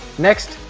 next,